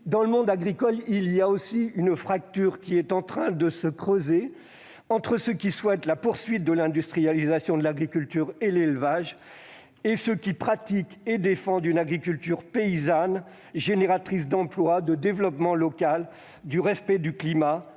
dans le monde agricole aussi, une fracture est en train de se creuser, entre ceux qui souhaitent la poursuite de l'industrialisation de l'agriculture et de l'élevage et ceux qui pratiquent et défendent une agriculture paysanne, génératrice d'emploi, de développement local et de respect du climat,